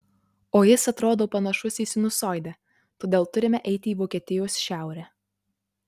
o jis atrodo panašus į sinusoidę todėl turime eiti į vokietijos šiaurę